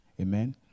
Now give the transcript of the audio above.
Amen